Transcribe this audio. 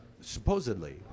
Supposedly